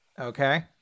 Okay